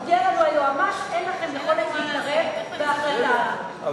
הודיע לנו היועץ המשפטי: אין לכם יכולת להתערב בהחלטה הזאת.